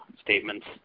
statements